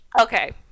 Okay